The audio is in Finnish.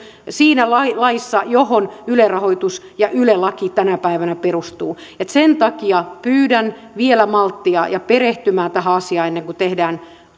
siinä laissa laissa johon yle rahoitus ja yle laki tänä päivänä perustuvat että sen takia pyydän vielä malttia ja pyydän perehtymään tähän asiaan ennen kuin tehdään